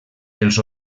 els